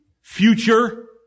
future